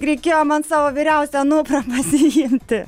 reikėjo man savo vyriausią anuprą pasiimti